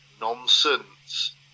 nonsense